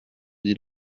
dit